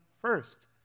first